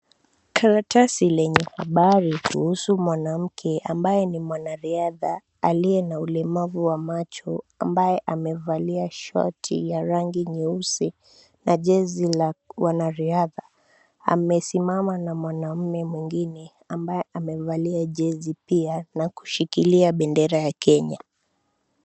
Karatasi lenye habari kuhusu mwanamke ambaye ni mwanariadha aliye na ulemavu wa macho ambaye amevalia shati ya rangi nyeusi na jezi la wanariadha, amesimama na mwanaume mwengine ambaye amevalia jezi pia na kushikilia bendera ya Kenya.